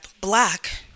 black